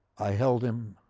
i held him,